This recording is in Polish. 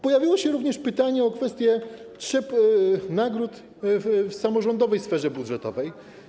Pojawiło się również pytanie o kwestię nagród w samorządowej sferze budżetowej.